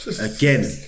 again